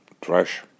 trash